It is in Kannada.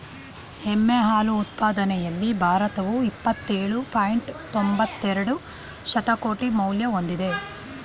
ಎಮ್ಮೆ ಹಾಲು ಉತ್ಪಾದನೆಯಲ್ಲಿ ಭಾರತವು ಇಪ್ಪತ್ತೇಳು ಪಾಯಿಂಟ್ ತೊಂಬತ್ತೆರೆಡು ಶತಕೋಟಿ ಮೌಲ್ಯ ಹೊಂದಿದೆ